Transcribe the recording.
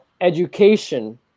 education